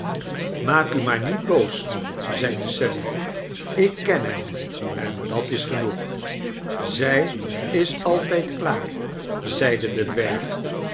maak u maar niet boos zeide ally ik ken hem en dat is genoeg zij is altijd klaar zeide de dwerg